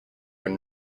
were